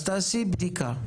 תעשי בדיקה,